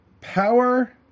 power